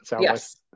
Yes